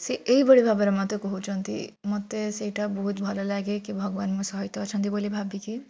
ସେ ଏଇଭଳି ଭାବରେ ମୋତେ କହୁଛନ୍ତି ମୋତେ ସେଇଟା ବହୁତ ଭଲଲାଗେ କି ଭଗବାନ ମୋ ସହିତ ଅଛନ୍ତି ବୋଲି ଭାବିକି